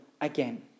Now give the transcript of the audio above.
again